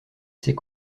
ses